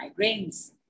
migraines